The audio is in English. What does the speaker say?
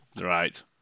right